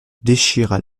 déchira